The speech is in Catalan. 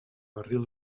barril